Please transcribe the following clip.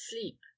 sleep